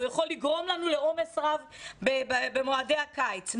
הוא יכול לגרום לעומס רב במועדי הקיץ.